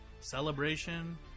celebration